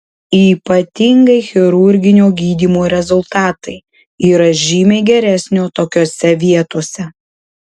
ypatingai chirurginio gydymo rezultatai yra žymiai geresnio tokiose vietose